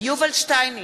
יובל שטייניץ,